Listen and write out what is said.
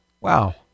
wow